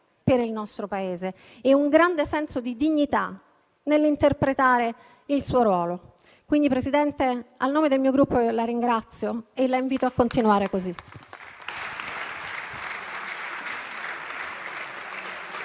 per il nostro Paese e un grande senso di dignità nell'interpretare il suo ruolo. Quindi, presidente Conte, a nome del mio Gruppo la ringrazio e la invito a continuare così.